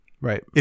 Right